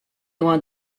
want